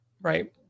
right